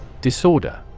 Disorder